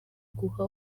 guha